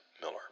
Miller